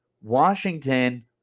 Washington